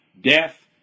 death